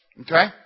Okay